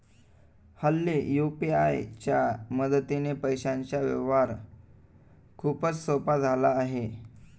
हल्ली यू.पी.आय च्या मदतीने पैशांचा व्यवहार खूपच सोपा झाला आहे